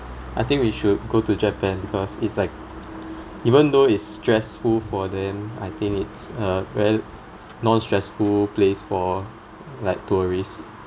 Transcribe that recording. I think we should go to japan first it's like even though it's stressful for them I think it's uh rel~ non stressful place for like tourists